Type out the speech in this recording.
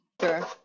Sure